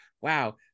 wow